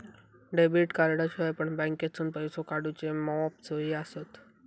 debit कार्डाशिवाय पण बँकेतसून पैसो काढूचे मॉप सोयी आसत